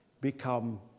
become